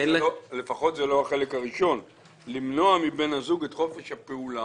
לפחות זה לא החלק הראשון: "למנוע מבן הזוג את חופש הפעולה".